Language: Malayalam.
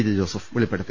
ജെ ജോസഫ് വെളിപ്പെടുത്തി